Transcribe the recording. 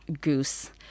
goose